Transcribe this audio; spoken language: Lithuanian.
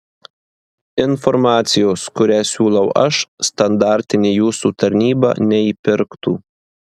informacijos kurią siūlau aš standartinė jūsų tarnyba neįpirktų